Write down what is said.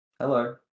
Hello